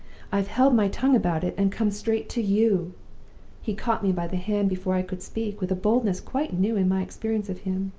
i've held my tongue about it, and come straight to you he caught me by the hand before i could speak, with a boldness quite new in my experience of him.